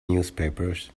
newspapers